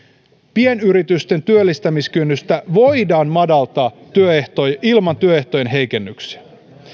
pienyritysten työllistämiskynnystä voidaan madaltaa ilman työehtojen heikennyksiä